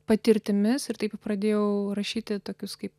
patirtimis ir taip pradėjau rašyti tokius kaip